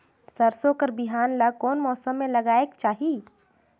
सरसो कर बिहान ला कोन मौसम मे लगायेक चाही?